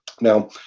Now